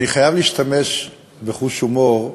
אני חייב להשתמש בחוש הומור,